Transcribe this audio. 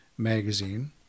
magazine